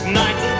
night